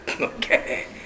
okay